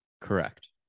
Correct